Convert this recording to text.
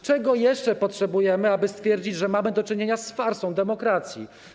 Czego jeszcze potrzebujemy, aby stwierdzić, że mamy do czynienia z farsą demokracji?